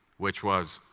which was,